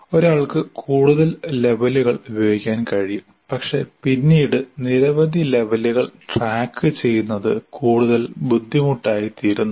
ഒരാൾക്ക് കൂടുതൽ ലെവലുകൾ ഉപയോഗിക്കാൻ കഴിയും പക്ഷേ പിന്നീട് നിരവധി ലെവലുകൾ ട്രാക്കുചെയ്യുന്നത് കൂടുതൽ ബുദ്ധിമുട്ടായിത്തീരുന്നു